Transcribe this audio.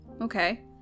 okay